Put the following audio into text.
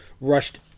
rushed